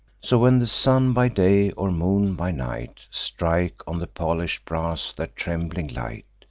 so, when the sun by day, or moon by night, strike on the polish'd brass their trembling light,